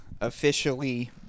officially